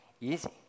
easy